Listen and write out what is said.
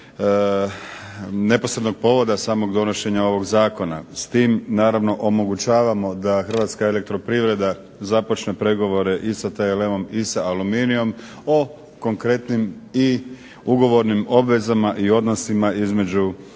omogućavamo da HEP započne pregovore i sa TLM-om i sa Aluminijom o konkretnim i ugovornim obvezama i odnosima između tih triju